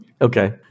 Okay